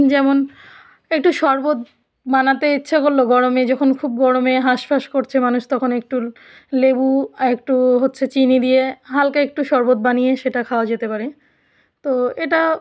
যেমন একটু শরবত বানাতে ইচ্ছা করলো গরমে যখন খুব গরমে হাঁসফাঁস করছে মানুষ তখন একটু লেবু একটু হচ্ছে চিনি দিয়ে হালকা একটু শরবত বানিয়ে সেটা খাওয়া যেতে পারে তো এটা